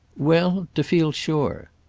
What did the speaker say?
well to feel sure.